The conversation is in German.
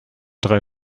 drei